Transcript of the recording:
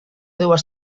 dues